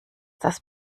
das